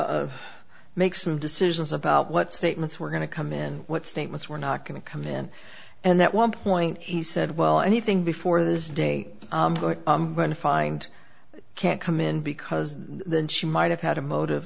do make some decisions about what statements were going to come in what statements were not going to come in and that one point he said well anything before this day i'm going to find it can't come in because then she might have had a motive